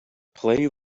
play